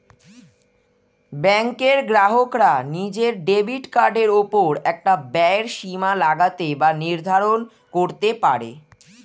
ব্যাঙ্কের গ্রাহকরা নিজের ডেবিট কার্ডের ওপর একটা ব্যয়ের সীমা লাগাতে বা নির্ধারণ করতে পারে